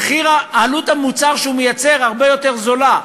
עלות המוצר שהוא מייצר הרבה יותר נמוכה,